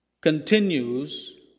continues